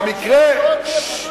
אתה בעד שלשדרות יהיה פינוי-פיצוי?